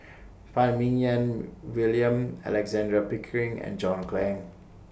Phan Ming Yen William Alexander Pickering and John Clang